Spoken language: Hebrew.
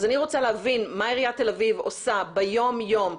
אז אני רוצה להבין מה עיריית תל אביב עושה ביום יום,